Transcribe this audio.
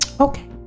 Okay